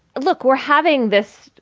look, we're having this,